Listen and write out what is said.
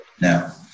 Now